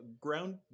ground